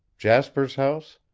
jasper's house,